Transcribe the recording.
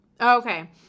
Okay